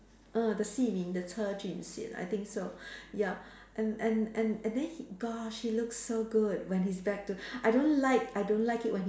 ah the Si Ming the Che Jun Xian I think so ya and and and and then he gosh he look so good when he's back to I don't like I don't like it when he